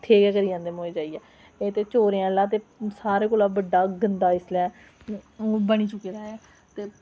ठेह् लाई जंदे एह् ते मोये चोरें आह्ला सारें कोला बड्डा इसलै बनी चुके दा ऐ ते